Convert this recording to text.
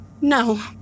No